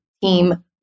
team